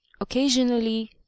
Occasionally